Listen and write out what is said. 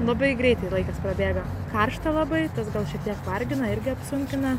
labai greitai laikas prabėga karšta labai tas gal šiek tiek vargina irgi apsunkina